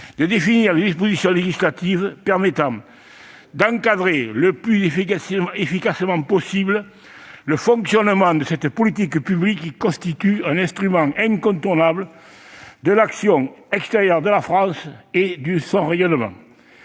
de définir les dispositions législatives permettant d'encadrer le plus efficacement possible le fonctionnement de cette politique publique, qui constitue un instrument incontournable de l'action extérieure de l'État et du rayonnement